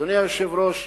אדוני היושב-ראש,